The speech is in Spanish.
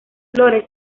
flores